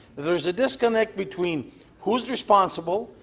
there's a disconnect between who is responsible,